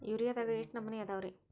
ಯೂರಿಯಾದಾಗ ಎಷ್ಟ ನಮೂನಿ ಅದಾವ್ರೇ?